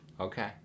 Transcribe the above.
Okay